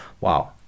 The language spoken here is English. wow